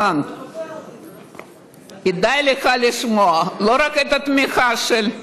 גלנט, כדאי לך לשמוע, לא רק את התמיכה של,